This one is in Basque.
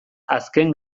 azken